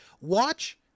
Watch